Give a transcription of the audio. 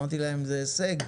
אמרתי להם זה הישג,